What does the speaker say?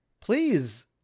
please